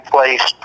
place